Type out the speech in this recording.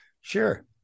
Sure